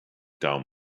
down